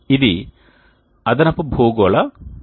ఇది అదనపు భూగోళ వికిరణం